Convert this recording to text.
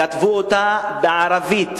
כתבו אותה בערבית.